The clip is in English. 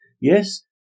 Yes